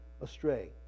astray